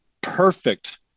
perfect